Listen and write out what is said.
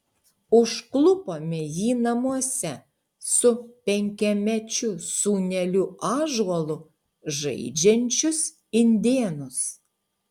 užklupome jį namuose su penkiamečiu sūneliu ąžuolu žaidžiančius indėnus